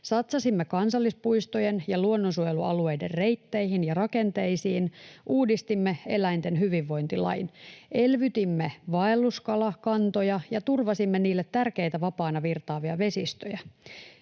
Satsasimme kansallispuistojen ja luonnonsuojelualueiden reitteihin ja rakenteisiin. Uudistimme eläinten hyvinvointilain. Elvytimme vaelluskalakantoja ja turvasimme niille tärkeitä vapaana virtaavia vesistöjä.